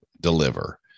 deliver